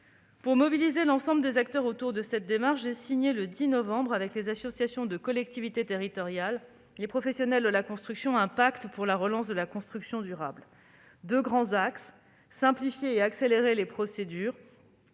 Pour mobiliser l'ensemble des acteurs autour de cette démarche, j'ai signé, le 10 novembre dernier, avec les associations de collectivités territoriales et les professionnels de la construction, un pacte pour la relance de la construction durable. Ce pacte suit deux grands axes : d'une part, simplifier et accélérer les procédures